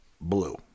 blue